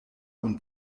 und